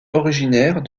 originaire